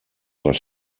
les